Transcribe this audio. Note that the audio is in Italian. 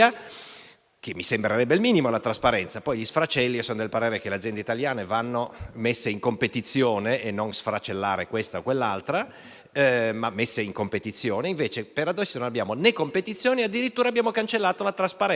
Mi sembrerebbe il minimo, la trasparenza; quanto agli sfracelli, sono del parere che le aziende italiane vadano messe in competizione e non sfracellare questa o quell'altra, invece, per adesso, non abbiamo competizione e addirittura abbiamo cancellato la trasparenza.